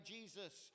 Jesus